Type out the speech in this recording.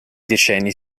decenni